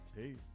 Peace